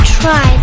try